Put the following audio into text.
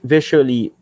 Visually